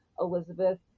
Elizabeth